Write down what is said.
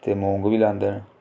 ते मौंग बी लांदे न